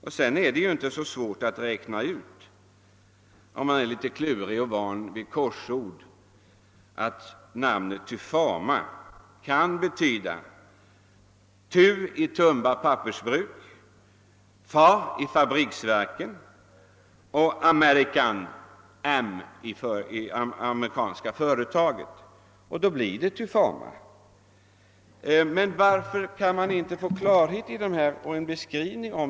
Är man litet klurig och van vid korsord är det inte svårt att räkna ut att namnet Tufama tydligen är sammansatt av Tu i Tumba pappersbruk, fa i fabriksverket och ma i American Hospital Supply. Men varför kan man inte få en redogörelse för dessa saker.